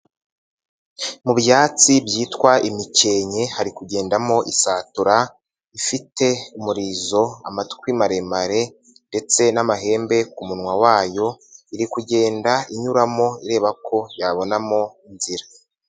Mu byatsi byitwa imikenke hari kugendamo isatura ifite umurizo, amatwi maremare, ndetse n'amahembe ku munwa wayo, iri kugenda inyuramo reba ko yabonamo inzira.